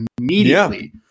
immediately